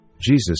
Jesus